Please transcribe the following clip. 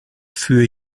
für